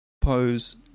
pose